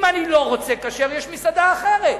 אם אני לא רוצה כשר, יש מסעדה אחרת.